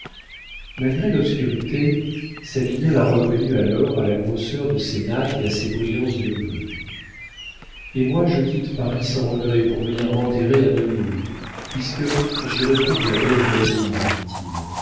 malgré l'obscurité savinien la reconnut alors à la grosseur de ses nattes et à ses brillants yeux bleus et moi je quitte paris sans regret pour venir m'enterrer à nemours puisque j'y retrouve ma belle voisine dit-il